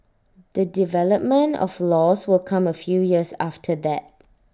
the development of laws will come A few years after that